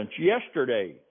yesterday